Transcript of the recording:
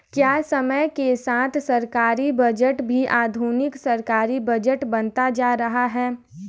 क्या समय के साथ सरकारी बजट भी आधुनिक सरकारी बजट बनता जा रहा है?